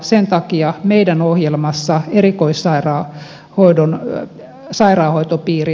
sen takia meidän ohjelmassamme erikoissairaanhoitopiirit säilytetään